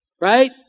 right